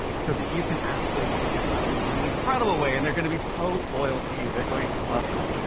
so that you can actually treat your customers in an incredible way. and they're gonna be so loyal to you. they're going to love you.